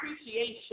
appreciation